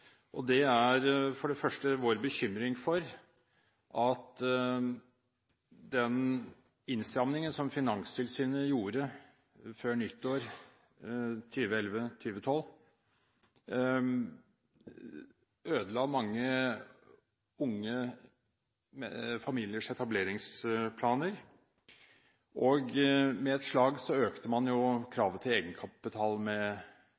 på. Det er for det første vår bekymring for at den innstrammingen, som Finanstilsynet gjorde før nyttår 2011/2012, ødela mange unge familiers etableringsplaner. Med et slag økte man kravet til egenkapital med 50 pst. – fra 10 til 15 prosentpoeng. Det kan jo